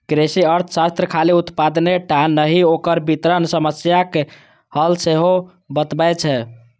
कृषि अर्थशास्त्र खाली उत्पादने टा नहि, ओकर वितरण समस्याक हल सेहो बतबै छै